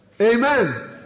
Amen